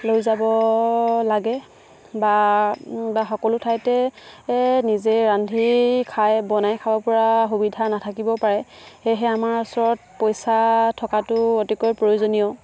লৈ যাব লাগে বা সকলো ঠাইতে নিজে ৰান্ধি খাই বনাই খাব পৰা সুবিধা নাথাকিব পাৰে সেয়েহে আমাৰ ওচৰত পইচা থকাটো অতিকৈ প্ৰয়োজনীয়